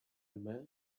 man